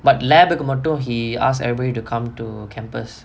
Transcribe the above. but laboratory மட்டும்:mattum he asked everybody to come to campus